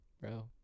bro